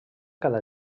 cada